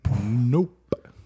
nope